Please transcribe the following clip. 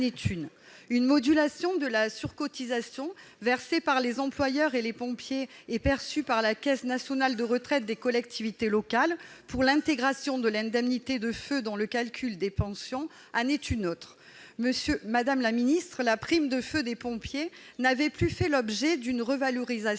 Une modulation de la surcotisation, qui est versée par les employeurs et les pompiers, et qui est perçue par la Caisse nationale de retraites des agents des collectivités locales pour l'intégration de l'indemnité de feu dans le calcul des pensions, en est une autre. Madame la ministre, la prime de feu des pompiers n'avait fait l'objet d'aucune revalorisation